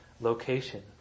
location